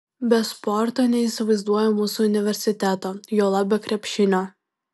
be sporto neįsivaizduoju mūsų universiteto juolab be krepšinio